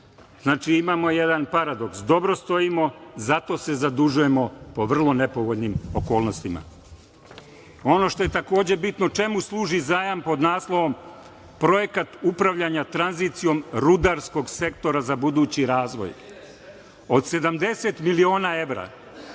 Znači, imamo jedan paradoks, dobro stojimo, zato se zadužujemo po vrlo nepovoljnim okolnostima. Ono što je takođe bitno, čemu služi zajam pod naslovom Projekat upravljanja tranzicijom rudarskog sektora za budući razvoj od 70 miliona evra?